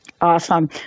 Awesome